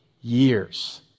years